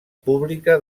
pública